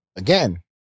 Again